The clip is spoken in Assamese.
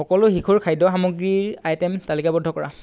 সকলো শিশুৰ খাদ্য সামগ্ৰীৰ আইটে'ম তালিকাবদ্ধ কৰা